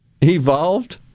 evolved